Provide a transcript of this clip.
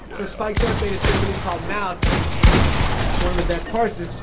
so spike jonze made a skate video called mouse, and and one of the best parts is,